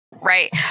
right